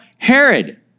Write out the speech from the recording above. Herod